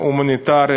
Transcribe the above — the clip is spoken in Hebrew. ההומניטרי,